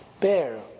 Bear